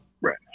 Right